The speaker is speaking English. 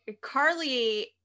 carly